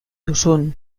duzun